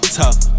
tough